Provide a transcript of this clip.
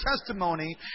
testimony